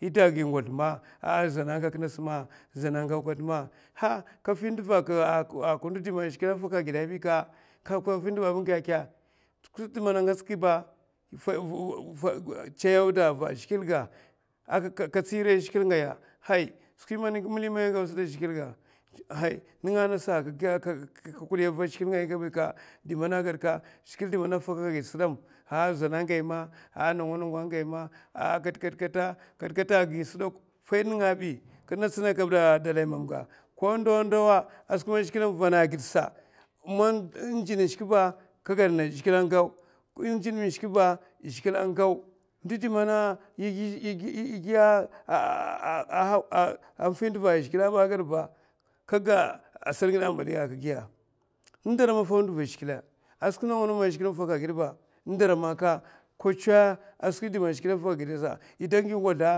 yè dè agi ngozla man ah zana agau katma, zana agak ngasa ma, dafi nduva aka ndo man zhigilè afaka agidè kabika, kafi nduva bi kèkè, skwi di man angatska ba chayè auda va zhiglè ga, katsiri a zhigilè ngaya hay wa zhigilè ga, chayè auda va mali man yè gau hay, nènga ngasa aka kudi va zhigilè ngay bi, di man a zana agay ma faida nènga abi kinè tsina kabda dalay mamga faida nènga azbi ko ndawa ndawa ba man zhigilè vana a gidsa man jin shik ba zhigilè agau nawa nawa shika ba zhigilè agau skwi man di man yè fi nduva a zhigilè a ba ka dara man ka cho a skwi man zhigilè avaka a gidè za'a yè dè awi ngozla